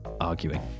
arguing